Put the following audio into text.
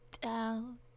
down